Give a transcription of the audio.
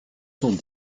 cent